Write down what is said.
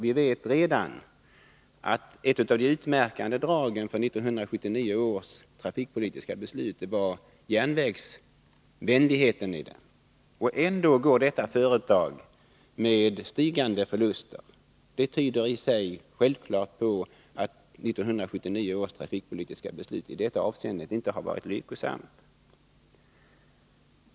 Vi vet redan att ett av de utmärkande dragen för 1979 års trafikpolitiska beslut var dess järnvägsvänlighet. Och ändå går detta företag med stigande förluster. Det tyder i sig självfallet på att 1979 års trafikpolitiska beslut i detta avseende inte har varit lyckosamt.